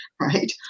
right